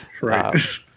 right